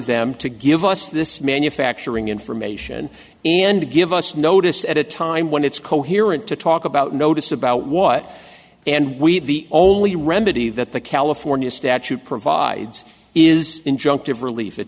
them to give us this manufacturing information and to give us notice at a time when it's coherent to talk about notice about what and we the only remedy that the california statute provides is injunctive relief